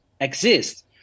exist